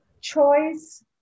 choice